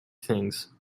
things